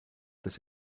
this